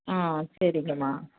ஆ சரிங்கம்மா